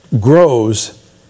grows